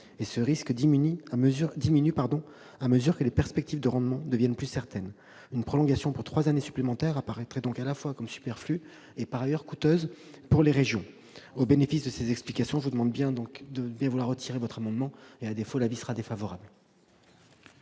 et ce risque diminue à mesure que les perspectives de rendement deviennent plus certaines. Une prolongation pour trois années supplémentaires paraît donc, à la fois, superflue et coûteuse pour les régions. Au bénéfice de ces explications, je vous demande, monsieur Chaize, de bien vouloir retirer votre amendement. À défaut, l'avis du Gouvernement